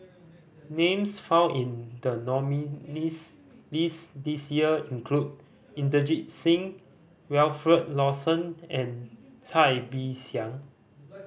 names found in the nominees' list this year include Inderjit Singh Wilfed Lawson and Cai Bixiang